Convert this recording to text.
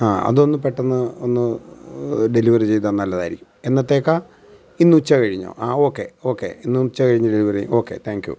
ആ അതൊന്ന് പെട്ടെന്ന് ഒന്ന് ഡെലിവറി ചെയ്താൽ നല്ലതായിരിക്കും എന്നത്തേക്കാണ് ഇന്ന് ഉച്ച കഴിഞ്ഞോ ആ ഓക്കെ ഓക്കെ ഇന്ന് ഉച്ച കഴിഞ്ഞു ഡെലിവറി ഓക്കെ താങ്ക് യു